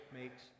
makes